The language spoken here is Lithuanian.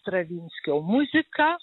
stravinskio muzika